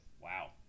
Wow